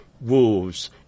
wolves